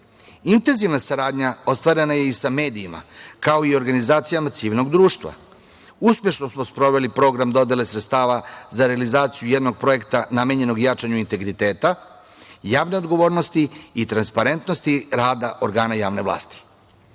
dela. Intenzivna saradnja ostvarena je i sa medijima, kao i organizacijama civilnog društva. Uspešno smo sproveli program dodele sredstava za realizaciju jednog projekta namenjenog jačanju integriteta, javne odgovornosti i transparentnosti rada organa javne